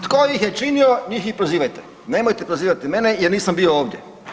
Tko ih je činio, njih i prozivajte, nemojte prozivati mene jer nisam bio ovdje.